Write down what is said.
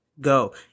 go